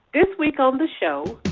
this week on the show,